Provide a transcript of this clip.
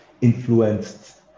influenced